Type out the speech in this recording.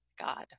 God